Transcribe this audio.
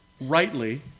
rightly